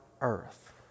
earth